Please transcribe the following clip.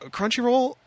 Crunchyroll